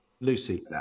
Lucy